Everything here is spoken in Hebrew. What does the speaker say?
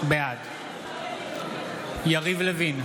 בעד יריב לוין,